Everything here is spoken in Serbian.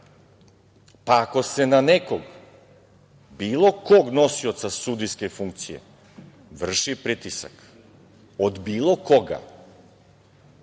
pa ako se na nekog, bilo kog nosioca sudijske funkcije vrši pritisak od bilo koga,